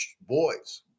boys